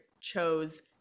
chose